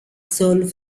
sold